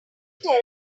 story